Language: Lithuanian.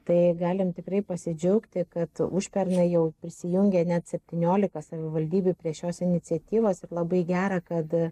tai galim tikrai pasidžiaugti kad užpernai jau prisijungė net septyniolika savivaldybių prie šios iniciatyvos ir labai gera kad